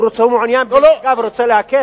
הוא מעוניין להקל,